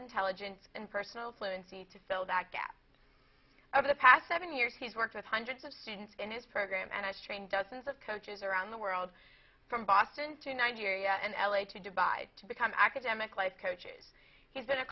intelligence and personal fluency to fill that gap over the past seven years he's worked with hundreds of students in his program and i strain dozens of coaches around the world from boston to nigeria and l a to dubai to become academic life coaches he's been a